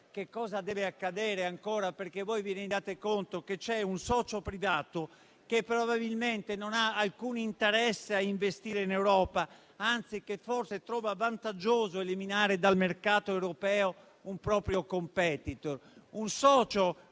Cosa deve accadere ancora perché vi rendiate conto che c'è un socio privato che probabilmente non ha alcun interesse a investire in Europa, anzi, che forse trova vantaggioso eliminare dal mercato europeo un proprio *competitor*? E parlo